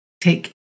take